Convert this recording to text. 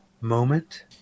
moment